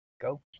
Go